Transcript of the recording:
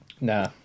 Nah